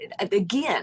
again